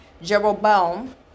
Jeroboam